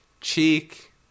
Cheek